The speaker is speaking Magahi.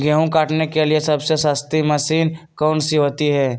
गेंहू काटने के लिए सबसे सस्ती मशीन कौन सी होती है?